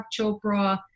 Chopra